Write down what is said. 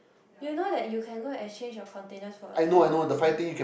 you know that you can go and exchange your container for a free one right